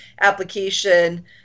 application